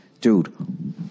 dude